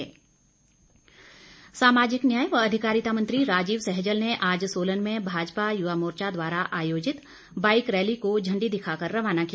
सहजल सामाजिक न्याय व अधिकारिता मंत्री राजीव सहजल ने आज सोलन में भाजपा युवा मोर्चा द्वारा आयोजित बाईक रैली को झण्डी दिखाकर रवाना किया